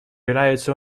является